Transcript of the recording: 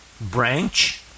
branch